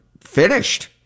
finished